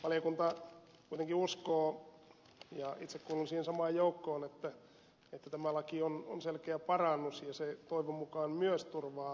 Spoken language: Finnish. valiokunta kuitenkin uskoo ja itse kuulun siihen samaan joukkoon että tämä laki on selkeä parannus ja se toivon mukaan myös turvaa moniammatillisuuden